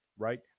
right